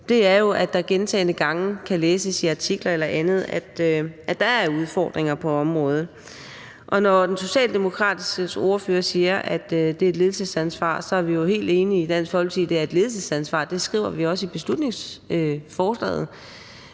det, at man gentagne gange kan læse i artikler eller andet, at der er udfordringer på området. Og når den socialdemokratiske ordfører siger, at det er et ledelsesansvar, er vi i Dansk Folkeparti jo helt enige. Det er et ledelsesansvar; det skriver vi også i beslutningsforslaget.